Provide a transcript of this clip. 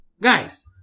Guys